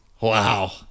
wow